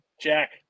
Jack